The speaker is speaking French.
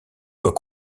doit